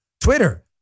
Twitter